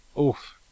oof